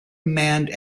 manned